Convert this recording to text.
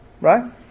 Right